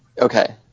Okay